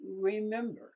Remember